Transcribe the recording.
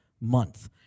month